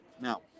Now